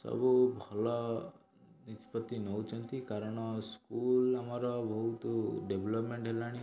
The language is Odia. ସବୁ ଭଲ ନିଷ୍ପତ୍ତି ନେଉଛନ୍ତି କାରଣ ସ୍କୁଲ୍ ଆମର ବହୁତ ଡେଭ୍ଲୋପମେଣ୍ଟ୍ ହେଲାଣି